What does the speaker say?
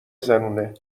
زنونه